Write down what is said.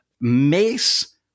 mace